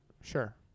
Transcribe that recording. Sure